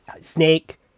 Snake